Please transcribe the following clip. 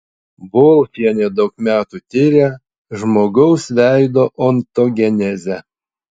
volfienė daug metų tiria žmogaus veido ontogenezę